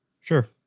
Sure